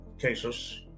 cases